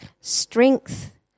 strength